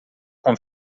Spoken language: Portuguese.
com